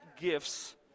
gifts